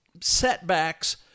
setbacks